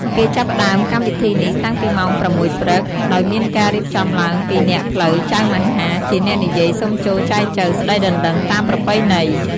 គេចាប់ផ្តើមកម្មវិធីនេះតាំងពីម៉ោងប្រាំមួយព្រឹក ដោយមានការរៀបចំឡើងពីអ្នកផ្លូវចៅមហាជាអ្នកនិយាយសុំចូលចែចូវស្តីដណ្តឹងតាមប្រពៃណី។